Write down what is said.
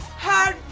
ha.